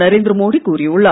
நரேந்திர மோடி கூறியுள்ளார்